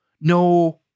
no